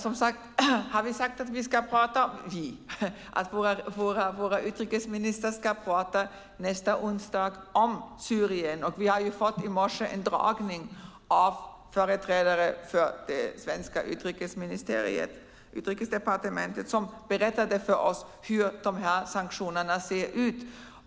Fru talman! Vi har sagt att våra utrikesministrar nästa onsdag ska tala om Syrien, och vi fick i morse en föredragning av företrädare för det svenska Utrikesdepartementet som berättade för oss hur sanktionerna ser ut.